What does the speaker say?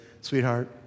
Sweetheart